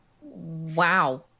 Wow